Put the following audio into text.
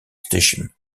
station